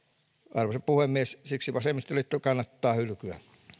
arvoisa puhemies siksi vasemmistoliitto kannattaa hylkyä